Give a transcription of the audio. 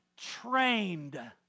trained